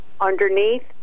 underneath